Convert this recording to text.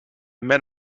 met